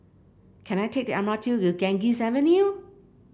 can I take the M R T to Ganges Avenue